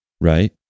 right